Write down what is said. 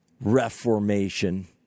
reformation